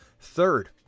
third